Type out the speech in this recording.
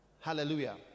Hallelujah